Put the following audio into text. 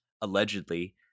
allegedly